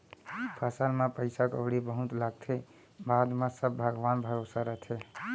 फसल म पइसा कउड़ी बहुत लागथे, बाद म सब भगवान भरोसा रथे